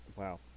Wow